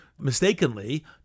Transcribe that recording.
mistakenly